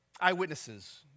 eyewitnesses